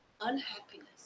unhappiness